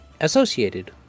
associated